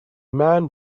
man